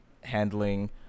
handling